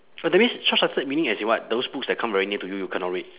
oh that means short sighted meaning as in what those books that come very near to you you cannot read